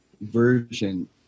version